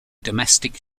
domestic